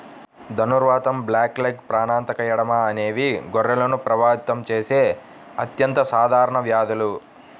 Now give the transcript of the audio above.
ధనుర్వాతం, బ్లాక్లెగ్, ప్రాణాంతక ఎడెమా అనేవి గొర్రెలను ప్రభావితం చేసే అత్యంత సాధారణ వ్యాధులు